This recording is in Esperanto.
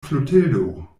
klotildo